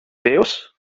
deus